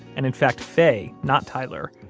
and in fact, faye, not tyler,